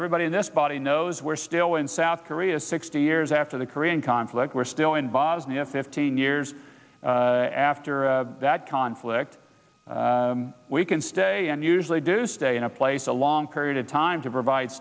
everybody in this body knows we're still in south korea sixty years after the korean conflict we're still in bosnia fifteen years after that conflict we can stay and usually do stay in a place a long period of time to provide